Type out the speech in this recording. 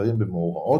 ומבצרים במאורעות.